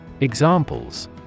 Examples